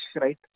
right